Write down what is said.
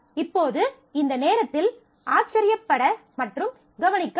இப்போது இந்த நேரத்தில் ஆச்சரியப்பட மற்றும் கவனிக்க வேண்டும்